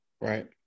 Right